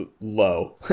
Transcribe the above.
low